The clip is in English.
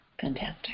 Fantastic